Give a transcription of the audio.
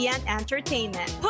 Entertainment